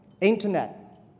internet